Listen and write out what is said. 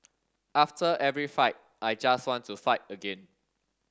after every fight I just want to fight again